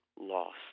lost